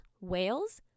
whales